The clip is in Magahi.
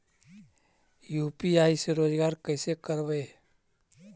यु.पी.आई से रोजगार कैसे करबय?